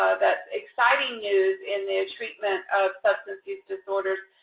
ah that's exciting news in the treatment of substance use disorders,